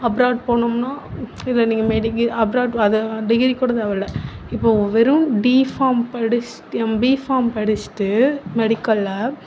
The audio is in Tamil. அப்ராட் போனோம்னா இதில் நீங்கள் மெடிக்கில் அப்ராட் அது டிகிரி கூட தேவைல்ல இப்போது வெறும் டி ஃபார்ம் படிச்சிட்டு நம் பி ஃபார்ம் படிச்சிட்டு மெடிக்கலில்